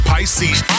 Pisces